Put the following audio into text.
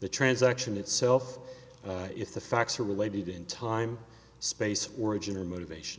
the transaction itself if the facts are related in time space origin or motivation